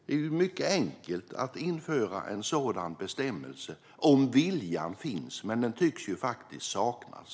Det är mycket enkelt att införa en sådan bestämmelse om viljan finns, men den tycks faktiskt saknas.